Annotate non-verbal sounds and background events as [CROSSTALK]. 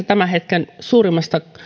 [UNINTELLIGIBLE] tämän hetken suurimmasta